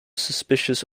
suspicious